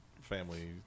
family